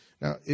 Now